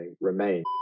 remain